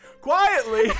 Quietly